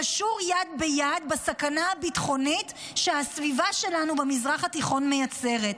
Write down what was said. קשור יד ביד בסכנה הביטחונית שהסביבה שלנו במזרח התיכון מייצרת.